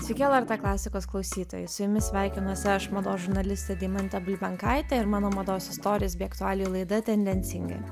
sveiki lrt klasikos klausytojai su jumis sveikinuosi aš mados žurnalistė deimantė bulbenkaitė ir mano mados istorijos bei aktualijų laida tendencingai